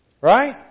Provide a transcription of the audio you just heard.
Right